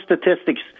statistics